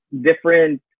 different